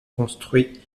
construit